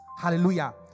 Hallelujah